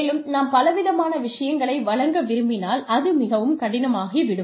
மேலும் நாம் பலவிதமான விஷயங்களை வழங்க விரும்பினால் அது மிகவும் கடினமாகிவிடும்